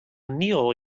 neil